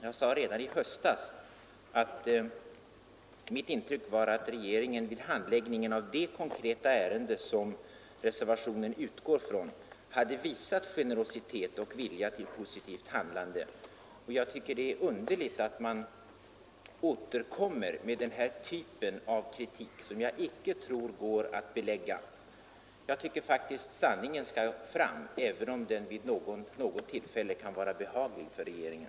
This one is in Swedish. Jag sade redan i höstas att mitt intryck var att regeringen vid handläggningen av det konkreta ärende som reservationen utgår från hade visat generositet och vilja till positivt handlande, och jag tycker det är underligt att man återkommer med den här typen av kritik, som jag icke tror går att belägga. Jag anser att sanningen skall fram, även om den vid något tillfälle kan vara behaglig för regeringen!